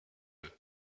eux